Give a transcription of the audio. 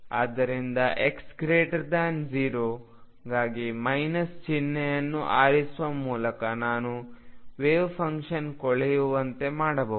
ಆದ್ದರಿಂದ x0 ಗಾಗಿ minus ಚಿಹ್ನೆಯನ್ನು ಆರಿಸುವ ಮೂಲಕ ನಾನು ವೆವ್ಫಂಕ್ಷನ್ ಕೊಳೆಯುವಂತೆ ಮಾಡಬಹುದು